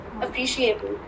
appreciable